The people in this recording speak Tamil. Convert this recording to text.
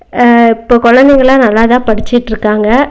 இப்போ குழந்தைங்கள்லாம் நல்லா தான் படிச்சுட்ருக்காங்க